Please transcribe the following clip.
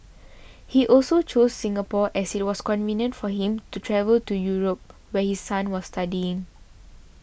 he also chose Singapore as it was convenient for him to travel to Europe where his son was studying